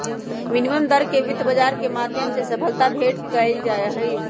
विनिमय दर के वित्त बाजार के माध्यम से सबलता भेंट कइल जाहई